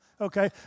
okay